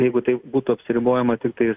jeigu taip būtų apsiribojama tiktais